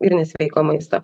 ir nesveiko maisto